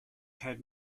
had